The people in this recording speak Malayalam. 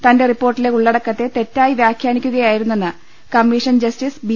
തന്റെ റിപ്പോർട്ടിലെ ഉള്ളടക്കത്തെ തെറ്റായി വ്യാഖ്യാനിക്കുകയായിരുന്നെന്ന് കമ്മീഷൻ ജസ്റ്റിസ് ബി